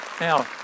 Now